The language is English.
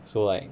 so like